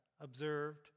observed